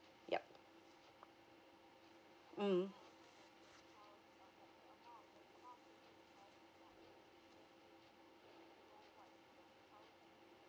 yup mm